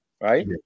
right